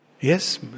Yes